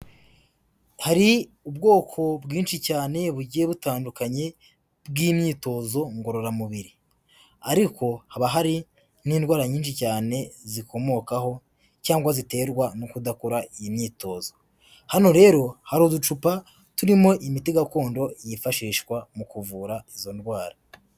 Hari ubwoko bwinshi cyane bugiye butandukanye bw'imyitozo ngororamubiri, ariko haba hari n'indwara nyinshi cyane zikomokaho cyangwa ziterwa no kudakora iyi myitozo. Hano rero hari uducupa turimo imiti gakondo yifashishwa mu kuvura izo ndwara.